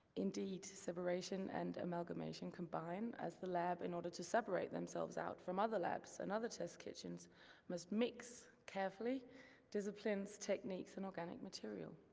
indeed, separation and amalgamation combine, as the lab in order to separate themselves out from other labs and other test kitchens must mix carefully disciplines, techniques, and organic material.